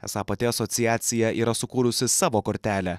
esą pati asociacija yra sukūrusi savo kortelę